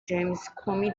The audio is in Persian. جیمزکومی